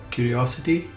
Curiosity